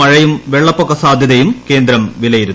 മഴയും വെള്ളപ്പൊക്ക സാധൃതയും കേന്ദ്രം വിലയിരുത്തി